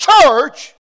church